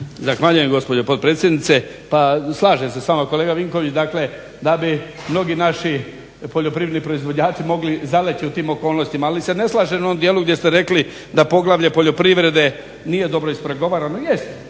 Zahvaljujem gospođo potpredsjednice. Pa slažem se s vama kolega Vinković, dakle da bi mnogi naši poljoprivredni proizvođači mogli zaleći u tim okolnostima. Ali se ne slažem u onom djelu gdje ste rekli da poglavlje poljoprivrede nije dobro ispregovarano, jest.